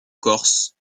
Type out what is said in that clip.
corse